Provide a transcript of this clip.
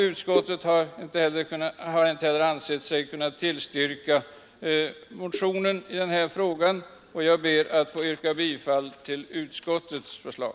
Utskottet har inte heller ansett sig kunna tillstyrka motionen i denna fråga. Jag ber att få yrka bifall till utskottets förslag.